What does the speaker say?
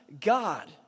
God